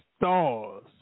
Stars